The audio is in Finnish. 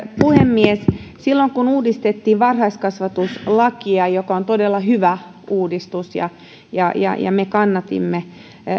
puhemies silloin kun uudistettiin varhaiskasvatuslakia joka on todella hyvä uudistus ja ja me kannatimme